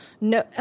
no